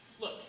look